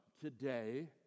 today